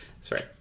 Sorry